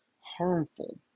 harmful